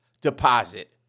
deposit